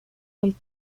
del